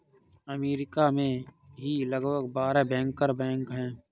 अमरीका में ही लगभग बारह बैंकर बैंक हैं